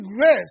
grace